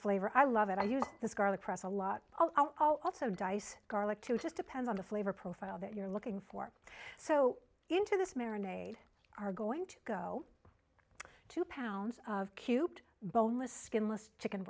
flavor i love it i use this garlic press a lot i'll also dice garlic too just depends on the flavor profile that you're looking for so into this marinate are going to go to pounds of cute boneless skinless chicken